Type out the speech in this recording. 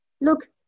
look